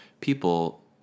people